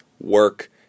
work